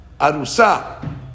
Arusa